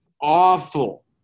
awful